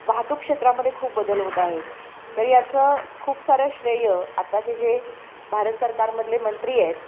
वाहतूकक्षेत्रामध्ये खूप बदल होत आहेत तर याचं खूप सारं श्रेय आत्ताचे जे भारत सरकारमधले मंत्री आहेत